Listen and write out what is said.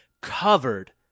covered